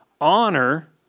honor